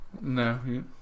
No